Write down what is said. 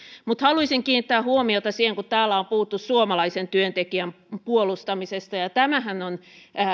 mutta haluaisin kiinnittää huomiota siihen kun täällä on puhuttu suomalaisen työntekijän puolustamisesta tämähän on